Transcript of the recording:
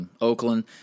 Oakland